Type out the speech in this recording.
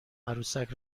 عروسک